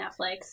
Netflix